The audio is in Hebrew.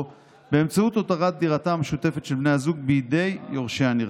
באמצעות הותרת דירתם המשותפת של בני הזוג בידי יורשי הנרצח.